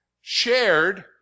shared